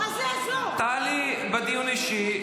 תעלי בדיון אישי,